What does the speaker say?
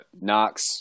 Knox